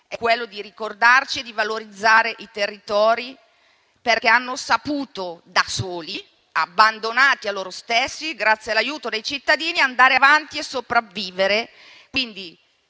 è quello di ricordarci di valorizzare i territori, perché da soli, abbandonati a loro stessi, grazie all'aiuto dei cittadini hanno saputo andare avanti e sopravvivere.